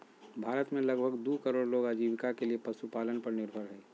भारत में लगभग दू करोड़ लोग आजीविका के लिये पशुपालन पर निर्भर हइ